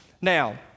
Now